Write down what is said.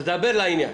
אז דבר לעניין.